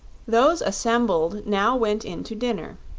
those assembled now went in to dinner,